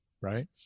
right